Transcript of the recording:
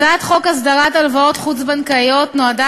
הצעת חוק הסדרת הלוואות חוץ-בנקאיות נועדה